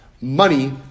Money